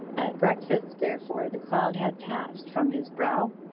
at breakfast, therefore, the cloud had passed from his brow.